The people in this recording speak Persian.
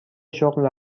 شغل